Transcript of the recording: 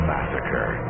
Massacre